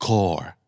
Core